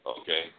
okay